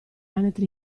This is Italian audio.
anatre